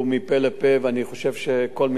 ואני חושב שכל מלה פה מיותרת.